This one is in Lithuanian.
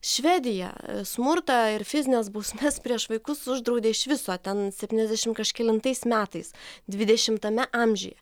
švedija smurtą ir fizines bausmes prieš vaikus uždraudė iš viso ten septyniasdešimt kažkelintais metais dvidešimtame amžiuje